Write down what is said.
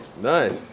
Nice